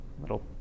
little